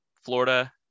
Florida